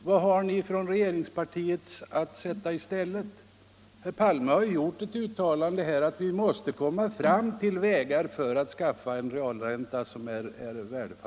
Vad har ni från regeringspartiet att sätta i stället? Herr Palme har gjort uttalandet att vi måste finna vägar att komma fram till en positiv realränta.